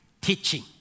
teaching